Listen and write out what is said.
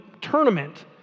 tournament